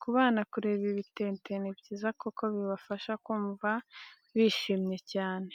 Ku bana kureba ibitente ni byiza kuko bibafasha kumva bishimye cyane.